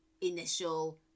initial